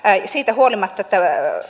siitä huolimatta että